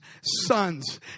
sons